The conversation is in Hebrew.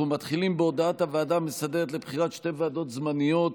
אנחנו נפתח בהודעת הוועדה המסדרת לבחירת שתי ועדות זמניות,